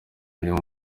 imirimo